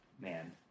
man